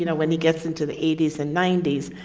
you know when he gets into the eighty s and ninety s.